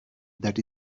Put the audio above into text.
that